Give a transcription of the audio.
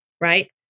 Right